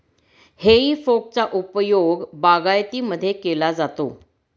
हेई फोकचा उपयोग बागायतीमध्येही केला जातो